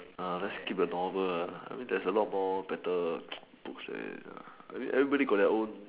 let's keep a novel I mean there's a lot more better books everybody got their own